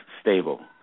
stable